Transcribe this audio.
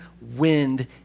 wind